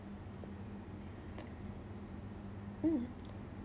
mm